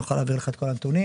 נוכל להעביר לך את כל הנתונים.